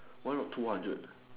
why not two hundred